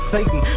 Satan